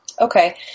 Okay